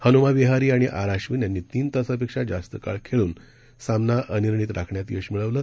हनुमा विहारी आणि आर आश्विन यांनी तीन तासापेक्षा जास्त काळ खेळून सामना अनिर्णितराखण्यात यश मिळवला